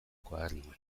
koadernoan